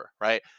right